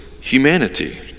humanity